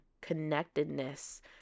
connectedness